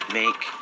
make